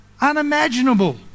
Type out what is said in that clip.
unimaginable